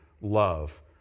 love